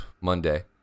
Monday